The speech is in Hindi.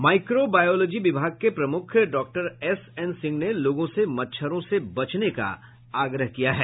माईक्रोबायोलॉजी विभाग के प्रमुख डॉक्टर एस एन सिंह ने लोगों से मछरों से बचने का आग्रह किया है